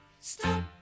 stop